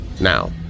Now